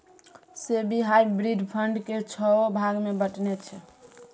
SEBI hybrid fund केँ छओ भाग मे बँटने छै